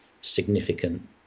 significant